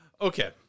Okay